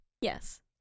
Yes